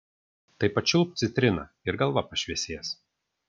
tai pačiulpk citriną ir galva pašviesės